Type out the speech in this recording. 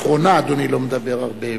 לאחרונה אדוני לא מדבר הרבה.